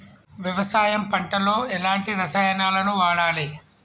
వ్యవసాయం పంట లో ఎలాంటి రసాయనాలను వాడాలి?